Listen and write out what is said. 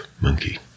monkey